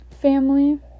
family